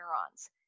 neurons